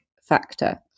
factor